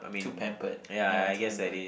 too pampered ya too pampered